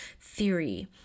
theory